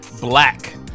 black